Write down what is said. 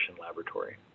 laboratory